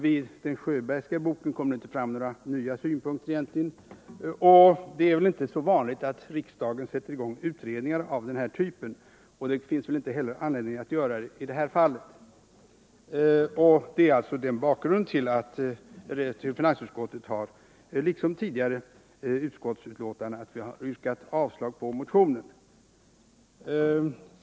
I den Sjöbergska boken kom egentligen inte fram några nya synpunkter, och det är väl inte så vanligt att riksdagen sätter i gång utredningar av den här typen. Det finns heller ingen anledning att göra det i det här fallet. Det är alltså bakgrunden till att finansutskottet i detta betänkande, liksom i tidigare betänkanden, avstyrkt motionen.